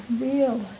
real